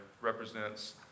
represents